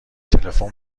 تلفن